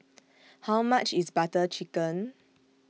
How much IS Butter Chicken